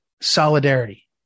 solidarity